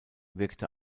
wirkte